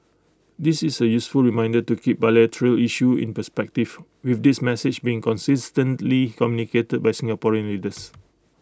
this is A useful reminder to keep bilateral issues in perspective with this message being consistently communicated by Singapore leaders